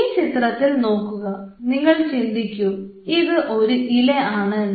ഈ ചിത്രത്തിൽ നോക്കുക നിങ്ങൾ ചിന്തിക്കൂ ഇത് ഒരു ഇല ആണ് എന്ന്